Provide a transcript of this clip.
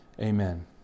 Amen